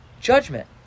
judgment